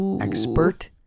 Expert